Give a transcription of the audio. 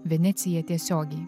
venecija tiesiogiai